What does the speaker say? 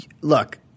look